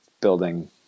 building